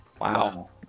Wow